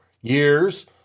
years